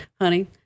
honey